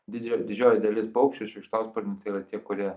didžiąją didžioji dalis paukščių šikšnosparnių tai yra tie kurie